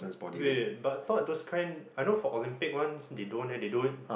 wait but I thought those kind I know for Olympics ones they don't leh they don't